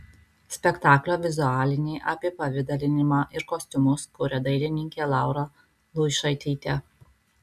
spektaklio vizualinį apipavidalinimą ir kostiumus kuria dailininkė laura luišaitytė